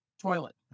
toilet